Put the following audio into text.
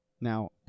Now